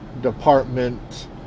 department